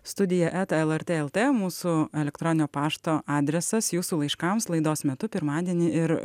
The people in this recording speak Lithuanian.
studija eta lrt lt mūsų elektroninio pašto adresas jūsų laiškams laidos metu pirmadienį ir